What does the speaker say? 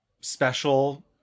special